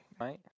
Right